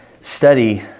study